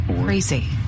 crazy